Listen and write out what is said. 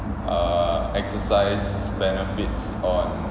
err exercise benefits on